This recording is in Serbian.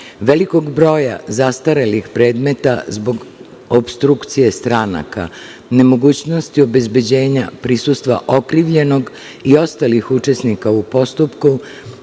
velikog broja zastarelih predmeta zbog opstrukcije stranaka, nemogućnosti obezbeđenja prisustva okrivljenog i ostalih učesnika u postupku,